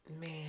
man